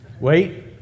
Wait